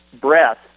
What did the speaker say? breath